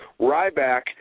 Ryback